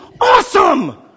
Awesome